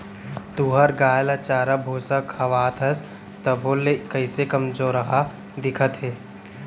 तुंहर गाय ल चारा भूसा खवाथस तभो ले कइसे कमजोरहा दिखत हे?